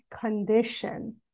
condition